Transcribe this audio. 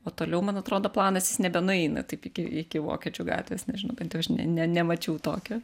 o toliau man atrodo planas jis nebenueina taip iki iki vokiečių gatvės nežinau bent jau aš ne nemačiau tokio